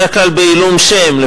בדרך כלל בעילום שם,